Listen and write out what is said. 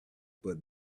but